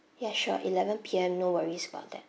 yes sure eleven P_M no worries about that